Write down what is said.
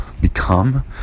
become